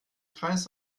kreis